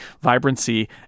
vibrancy